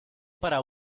para